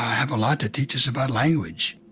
have a lot to teach us about language